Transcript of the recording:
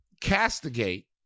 castigate